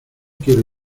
quiero